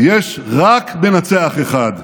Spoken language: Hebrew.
יש רק מנצח אחד,